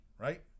right